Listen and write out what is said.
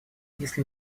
если